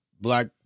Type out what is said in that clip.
black